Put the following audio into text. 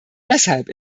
deshalb